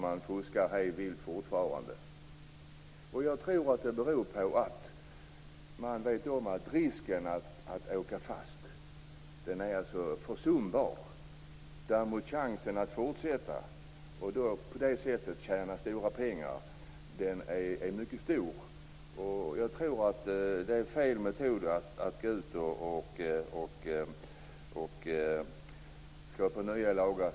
Man fuskar hej vilt fortfarande. Jag tror att det beror på att man vet att risken att åka fast är försumbar. Chansen att fortsätta och på det sättet tjäna stora pengar är mycket stor. Jag tror att det är fel metod att gå ut och skapa nya lagar.